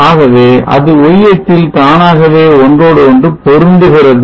ஆகவே அது y அச்சில் தானாகவே ஒன்றோடொன்று பொருந்துகிறது